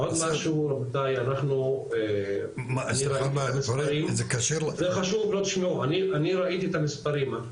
עוד משהו רבותי, אני ראיתי את המספרים.